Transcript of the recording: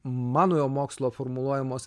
manojo mokslo formuluojamos